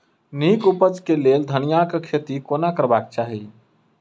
नीक उपज केँ लेल धनिया केँ खेती कोना करबाक चाहि?